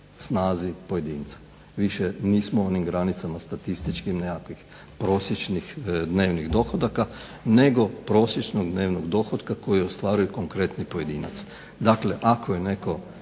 snazi pojedinca. Više nismo u onim granicama statističkih nekakvih prosječnih dnevnih dohodaka nego prosječnog dnevnog dohotka koji ostvaruje konkretni pojedinac. Dakle, ako je netko